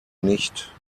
nicht